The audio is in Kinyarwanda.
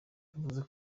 yavuze